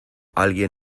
alguien